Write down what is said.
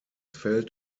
fällt